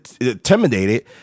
intimidated